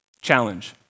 Challenge